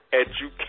education